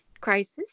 Crisis